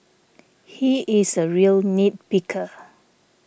he is a real nit picker